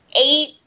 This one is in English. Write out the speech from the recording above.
eight